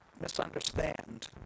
misunderstand